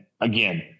again